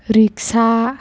Rikshaw